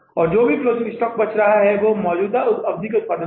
और जो भी क्लोजिंग स्टॉक बचा है वह मौजूदा अवधि के उत्पादन से है